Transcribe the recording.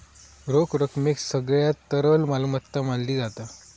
रोख रकमेक सगळ्यात तरल मालमत्ता मानली जाता